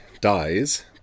dies